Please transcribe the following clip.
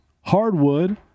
Hardwood